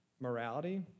morality